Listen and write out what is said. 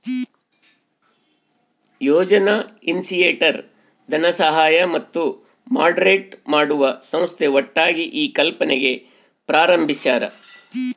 ಯೋಜನಾ initiator ಧನಸಹಾಯ ಮತ್ತು moderate ಮಾಡುವ ಸಂಸ್ಥೆ ಒಟ್ಟಾಗಿ ಈ ಕಲ್ಪನೆ ಪ್ರಾರಂಬಿಸ್ಯರ